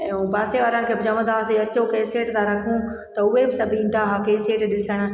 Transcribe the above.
ऐं उहो पासे वारनि खे बि चवंदा हुआसीं अचो कैसट था रखूं त उहे बि सभु ईंदा हा कैसट ॾिसणु